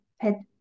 pet